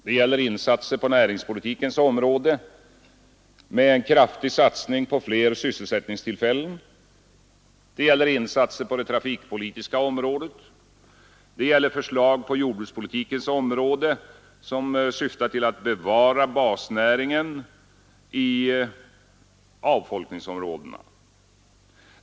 Det gäller insatser på näringspolitikens område med en kraftig satsning på fler sysselsättningstillfällen, det gäller insatser på det trafikpolitiska området, det gäller förslag på jordbrukspolitikens område som syftar till att bevara basnäringen i avfolkningsområdena.